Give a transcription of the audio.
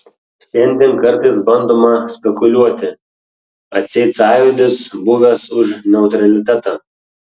šiandien kartais bandoma spekuliuoti atseit sąjūdis buvęs už neutralitetą